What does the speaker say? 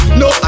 no